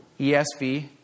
ESV